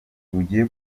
bugiye